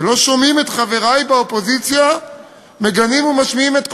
ולא שומעים את חברי באופוזיציה מגנים ומשמיעים את קולם.